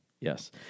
Yes